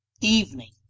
Evening